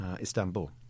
Istanbul